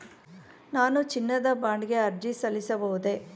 ನಾನು ಚಿನ್ನದ ಬಾಂಡ್ ಗೆ ಅರ್ಜಿ ಸಲ್ಲಿಸಬಹುದೇ?